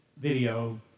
video